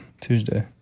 Tuesday